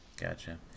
Gotcha